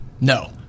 No